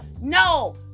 No